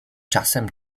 czasem